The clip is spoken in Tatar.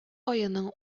аеның